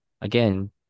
again